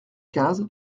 quinze